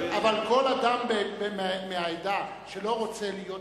אבל כל אדם מהעדה שלא רוצה להיות בממלכתי-דתי,